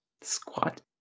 Squat